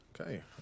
Okay